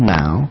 now